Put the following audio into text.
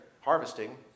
harvesting